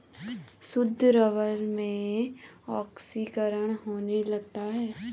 शुद्ध रबर में ऑक्सीकरण होने लगता है